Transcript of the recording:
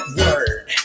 word